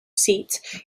seats